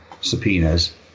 subpoenas